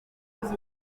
ubwabo